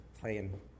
playing